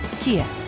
Kia